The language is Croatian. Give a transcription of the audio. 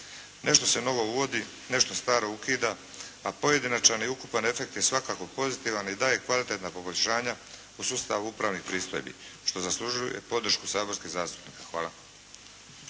Nešto se novo uvodi, nešto staro ukida, a pojedinačan i ukupan efekt je svakako pozitivan i daje kvalitetna poboljšanja u sustavu upravnih pristojbi što zaslužuje podršku saborskih zastupnika. Hvala.